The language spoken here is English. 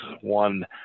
one